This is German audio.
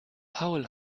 paul